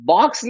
Box